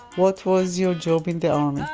what was your job in the army?